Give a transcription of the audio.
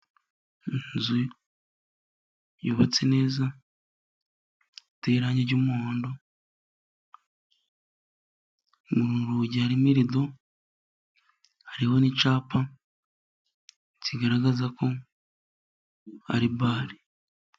Inzu yubatse neza, iteye irangi ry'umuhondo, mu rugi harimo irido, hariho n'icyapa kigaragaza ko ari bare.